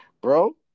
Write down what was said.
bro